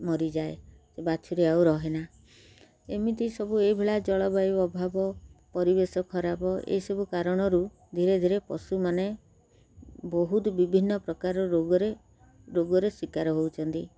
ମରିଯାଏ ବାଛୁରୀ ଆଉ ରହେନା ଏମିତି ସବୁ ଏଇଭଳିଆ ଜଳବାୟୁ ଅଭାବ ପରିବେଶ ଖରାପ ଏଇସବୁ କାରଣରୁ ଧୀରେ ଧୀରେ ପଶୁମାନେ ବହୁତ ବିଭିନ୍ନ ପ୍ରକାର ରୋଗରେ ରୋଗରେ ଶିକାର ହେଉଛନ୍ତି